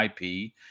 IP